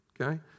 Okay